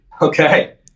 Okay